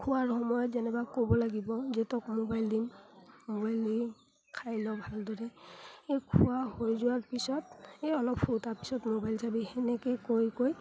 খোৱাৰ সময়ত যেনিবা ক'ব লাগিব যে তোক মোবাইল দিম মোবাইল দিম খাই ল ভালদৰে এই খোৱা হৈ যোৱাৰ পিছত এই অলপ শো তাৰ পিছত মোবাইল চাবি সেনেকে কৈ কৈ